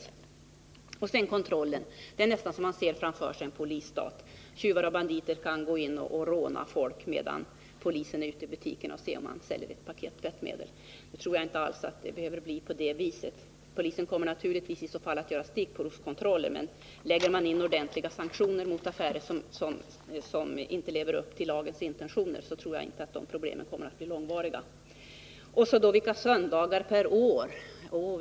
Så till frågan om kontrollen! Det är nästan så att man ser en polisstat framför sig. Tjyvar och banditer kan gå in och råna folk, medan poliserna är ute i butikerna för att kontrollera om man där äljer ett paket tvättmedel. Jag tror inte alls att det behöver bli på det viset. Polisen kommer naturligtvis i så fall att göra stickprovskontroller. Men skapar man tillräckliga sanktioner mot affärer som inte lever upp till lagens intentioner tror jag inte att dessa problem kommer att bli långvariga. Så frågan om vilka söndagar varje år man skall hålla öppet.